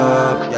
up